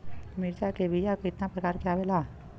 मिर्चा के बीया क कितना प्रकार आवेला?